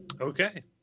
okay